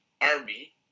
army